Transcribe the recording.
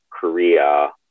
Korea